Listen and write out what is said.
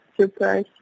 surprise